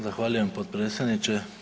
Zahvaljujem potpredsjedniče.